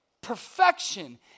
Perfection